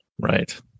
Right